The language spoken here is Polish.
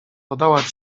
dodała